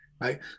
right